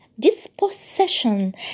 dispossession